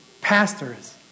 Pastors